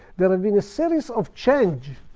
there have been a series of change,